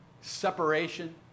Separation